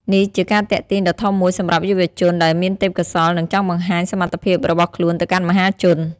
នេះជាការទាក់ទាញដ៏ធំមួយសម្រាប់យុវជនដែលមានទេពកោសល្យ និងចង់បង្ហាញសមត្ថភាពរបស់ខ្លួនទៅកាន់មហាជន។